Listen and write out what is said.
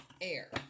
air